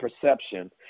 perception